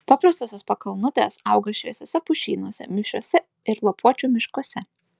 paprastosios pakalnutės auga šviesiuose pušynuose mišriuose ir lapuočių miškuose